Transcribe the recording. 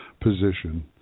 position